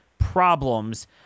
problems